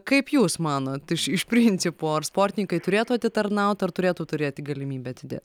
kaip jūs manot iš iš principo ar sportininkai turėtų atitarnaut ar turėtų turėti galimybę atidėt